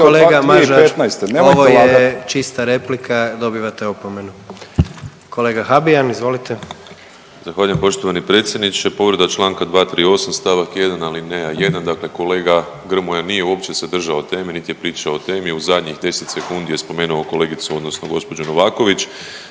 Kolega Mažar ovo je čista replika, dobivate opomenu./… Nemojte lagati! Kolega Habijan, izvolite. **Habijan, Damir (HDZ)** Zahvaljujem poštovani predsjedniče. Povreda članka 238. stavak 1. alineja 1. Dakle, kolega Grmoja nije uopće se držao teme niti je pričao o temi u zadnjih 10 sekundi je spomenuo kolegicu odnosno gospođu Novaković.